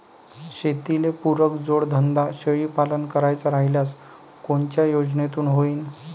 शेतीले पुरक जोडधंदा शेळीपालन करायचा राह्यल्यास कोनच्या योजनेतून होईन?